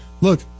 look